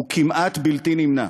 הוא כמעט בלתי נמנע,